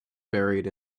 buried